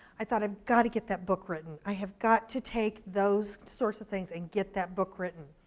i thought i've got to get that book written. i have got to take those sorts of things and get that book written.